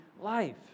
life